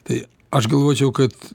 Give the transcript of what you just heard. tai aš galvočiau kad